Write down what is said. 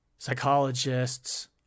psychologists